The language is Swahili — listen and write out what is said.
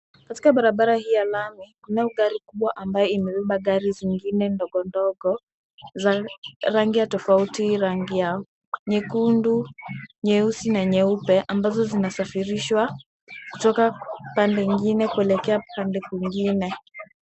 Nasikia barabara hii ya lami kunayo gari kubwa ambayo imebeba gari zingine ndogo ndogo za rangi ya tofauti, rangi ya nyekundu, nyeusi na nyeupe ambazo zinasafirishwa kutoka pande ingine kuelekea pande kwingine.